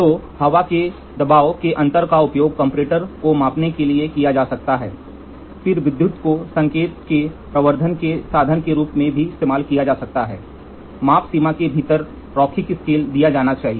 तो हवा के दबाव में अंतर का उपयोग कंपैरेटर को मापने के लिए किया जा सकता है फिर विद्युत को संकेत के प्रवर्धन के साधन के रूप में भी इस्तेमाल किया जा सकता है माप सीमा के भीतर रैखिक स्केल दिया जाना चाहिए